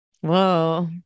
Whoa